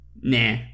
nah